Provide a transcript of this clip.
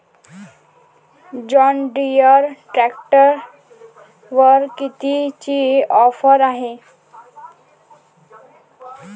John Deere ट्रॅक्टरवर कितीची offer हाये?